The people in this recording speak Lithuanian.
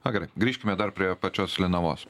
na gerai grįžkime dar prie pačios linavos